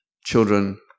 children